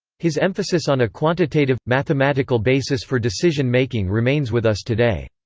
his emphasis on a quantitative, mathematical basis for decision-making remains with us today.